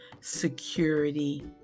security